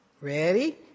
Ready